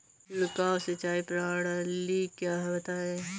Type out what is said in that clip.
छिड़काव सिंचाई प्रणाली क्या है बताएँ?